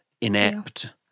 inept